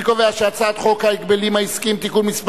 אני קובע שהצעת חוק ההגבלים העסקיים (תיקון מס'